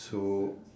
so